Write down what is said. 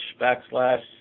backslash